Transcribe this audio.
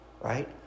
right